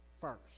first